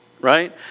right